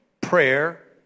Prayer